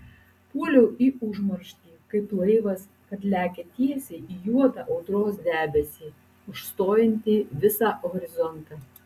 puoliau į užmarštį kaip laivas kad lekia tiesiai į juodą audros debesį užstojantį visą horizontą